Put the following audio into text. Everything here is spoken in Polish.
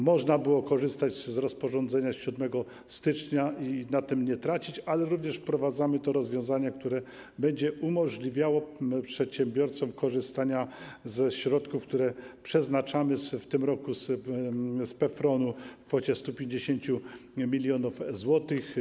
Można było korzystać z rozporządzenia z 7 stycznia i na tym nie tracić, ale również wprowadzamy to rozwiązanie, które będzie umożliwiało przedsiębiorcom korzystanie ze środków, które przeznaczamy w tym roku z PFRON-u w kwocie 150 mln zł.